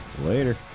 Later